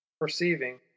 Perceiving